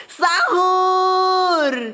sahur